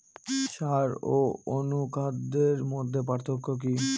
সার ও অনুখাদ্যের মধ্যে পার্থক্য কি?